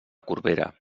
corbera